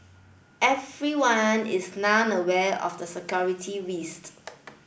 everyone is now aware of the security risk